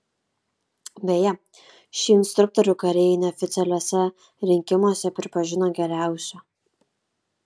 beje šį instruktorių kariai neoficialiuose rinkimuose pripažino geriausiu